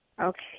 Okay